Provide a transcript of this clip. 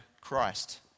Christ